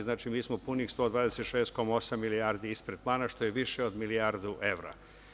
Znači, mi smo punih 126,8 milijardi ispred plana, što je više od milijardu evra.